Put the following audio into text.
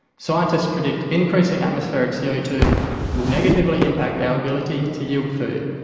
scientists predict increasing atmospheric c o two will negatively impact our ability to yield food.